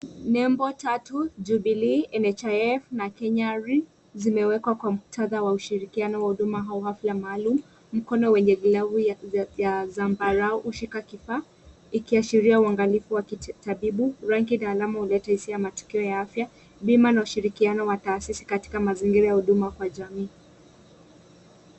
Nembo tatu; Jubilee, NHIF, na Kenya Re zimewekwa kwa muktadha wa ushirikiano wa huduma au afya maalum. Mkono wenye glavu ya ze- ya zambarau ushika kifaa ikiashiria uangalifu wa kitabibu. Rangi na alama huleta hisia ya matukio ya afya, bima na ushirikiano wa taasisi katika mazingirira ya huduma za jamii.